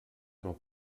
noch